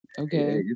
okay